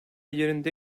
yerinde